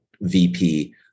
VP